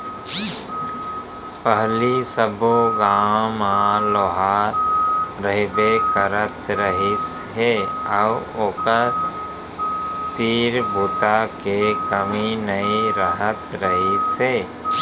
पहिली सब्बो गाँव म लोहार रहिबे करत रहिस हे अउ ओखर तीर बूता के कमी नइ रहत रहिस हे